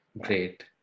Great